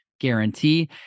guarantee